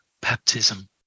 baptism